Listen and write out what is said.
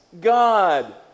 God